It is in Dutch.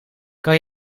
kan